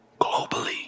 globally